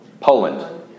Poland